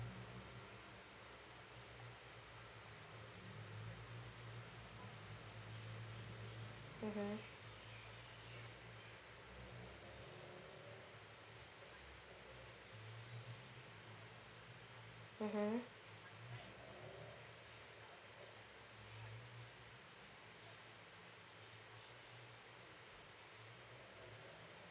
mmhmm mmhmm